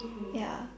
ya